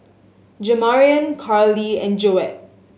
Jamarion Karlee and Joette